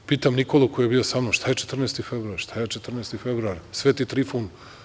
Pitam Nikolu koji je bio sa mnom šta je 14. februar, šta je 14. februar, Sveti Trifun?